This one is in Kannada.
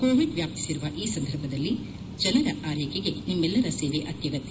ಕೋವಿಡ್ ವ್ಯಾಪಿಸಿರುವ ಈ ಸಂದರ್ಭದಲ್ಲಿ ಜನರ ಆರೈಕೆಗೆ ನಿಮ್ಮೆಲ್ಲರ ಸೇವೆ ಅತ್ಯಗತ್ಯ